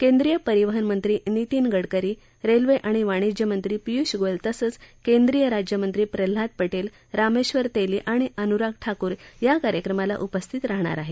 केंद्रीय परिवहन मंत्री नितीन गडकरी रेल्वे आणि वाणिज्य मंत्री पियूष गोयल तसंच केंद्रीय राज्यमंत्री प्रल्हाद पटेल रामेधर तेली आणि अनुराग ठाकूर या कार्यक्रमाला उपस्थित राहणार आहेत